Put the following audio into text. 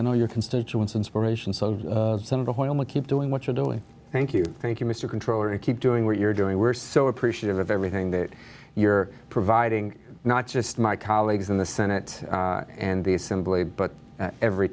all your constituents inspiration so some of the oil my keep doing what you're doing thank you thank you mr controller and keep doing what you're doing we're so appreciative of everything that you're providing not just my colleagues in the senate and the assembly but every